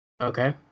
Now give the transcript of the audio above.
Okay